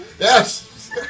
Yes